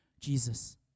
Jesus